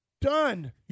Done